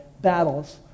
battles